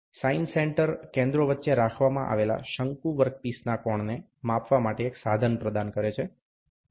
sine centre કેન્દ્રો વચ્ચે રાખવામાં આવેલા શંકુ વર્ક પીસના કોણને માપવા માટે એક સાધન પ્રદાન કરે છે